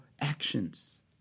actions